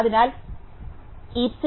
അതിനാൽ ഹീപ്സിലെ നോഡ് 3 ആണ് 24